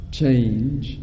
change